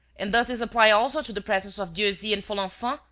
and does this apply also to the presence of dieuzy and folenfant,